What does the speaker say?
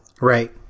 right